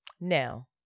Now